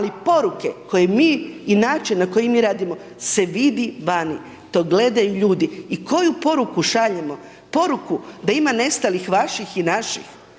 ali poruke koje mi i način na koji mi radimo se vidi vani, to gledaju ljudi i koju poruku šaljemo? Poruku da ima nestalih vaših i naših.